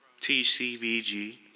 TCVG